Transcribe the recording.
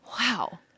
Wow